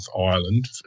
Ireland